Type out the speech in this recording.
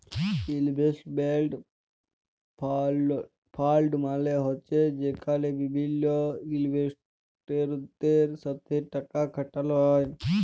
investment fund মালে হছে যেখালে বিভিল্ল ইলভেস্টরদের সাথে টাকা খাটালো হ্যয়